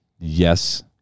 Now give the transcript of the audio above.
yes